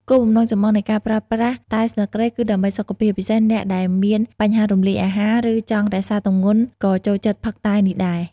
គោលបំណងចម្បងនៃការប្រើប្រាស់តែស្លឹកគ្រៃគឺដើម្បីសុខភាព ពិសេសអ្នកដែលមានបញ្ហារំលាយអាហារ ឬចង់រក្សាទម្ងន់ក៏ចូលចិត្តផឹកតែនេះដែរ។